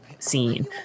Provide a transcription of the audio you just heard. scene